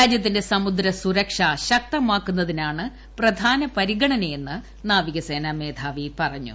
രാജ്യത്തിന്റെ സമുദ്ര സുരക്ഷ ശക്തമാക്കുന്നതിനാണ് സ്രധാന പരിഗണനയെന്ന് നാവികസേനാ മേധാവി പറഞ്ഞു